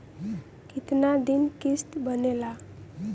कितना दिन किस्त बनेला?